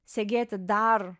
segėti dar